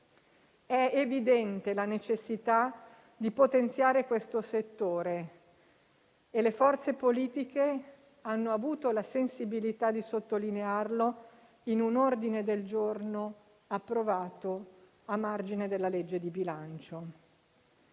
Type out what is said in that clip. È evidente la necessità di potenziare questo settore e le forze politiche hanno avuto la sensibilità di sottolinearlo, in un ordine del giorno approvato a margine della legge di bilancio.